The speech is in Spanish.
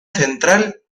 central